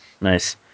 Nice